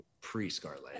pre-Scarlet